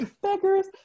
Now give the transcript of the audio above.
Beggars